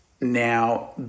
now